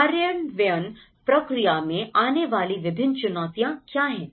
कार्यान्वयन प्रक्रिया में आने वाली विभिन्न चुनौतियाँ क्या हैं